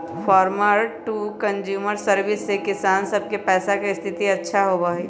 farmer to consumer service से किसान सब के पैसा के स्थिति अच्छा होबा हई